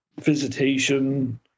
visitation